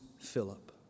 Philip